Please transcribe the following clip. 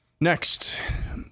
Next